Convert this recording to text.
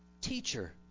teacher